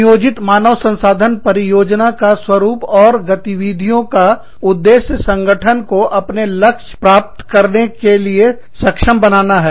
नियोजित मानव संसाधन परिनियोजन का स्वरूप और गतिविधियों का उद्देश्य संगठन को अपने लक्ष्य प्राप्त करने के लिए सक्षम बनाना है